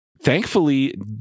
thankfully